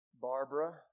Barbara